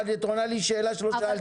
את עונה לי על שאלה שלא שאלתי.